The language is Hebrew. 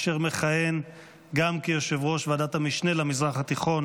אשר מכהן גם כיושב-ראש ועדת המשנה למזרח התיכון